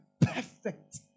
perfect